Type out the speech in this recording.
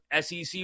SEC